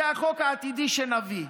זה החוק העתידי שנביא.